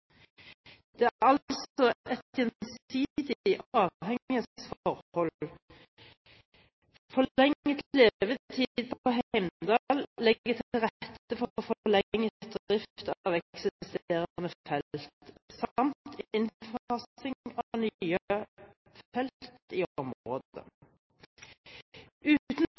Det er altså et gjensidig avhengighetsforhold. Forlenget levetid på Heimdal legger til rette for forlenget drift av eksisterende felt samt innfasing av nye felt i området. Uten